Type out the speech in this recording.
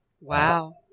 Wow